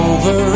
Over